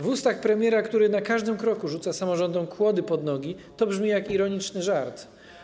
W ustach premiera, który na każdym kroku rzuca samorządom kłody pod nogi, to brzmi jak ironiczny żart.